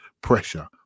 pressure